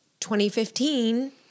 2015